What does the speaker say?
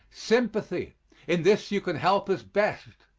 sympathy in this you can help us best.